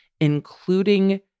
including